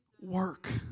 work